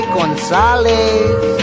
Gonzalez